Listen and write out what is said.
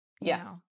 Yes